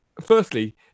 firstly